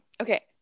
Okay